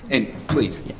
it? please.